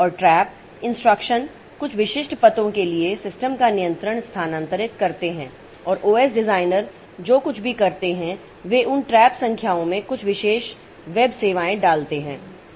और trap instruction कुछ विशिष्ट पतों के लिए सिस्टम का नियंत्रण स्थानांतरित करते हैं और ओएस डिजाइनर जो कुछ भी करते हैं वे उन ट्रैप संख्याओं में कुछ विशेष वेब सेवाएं डालते हैं